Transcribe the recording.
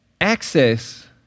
access